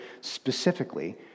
specifically